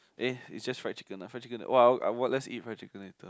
eh it's just fried chicken ah !wah! I want let's eat fried chicken later